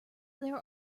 there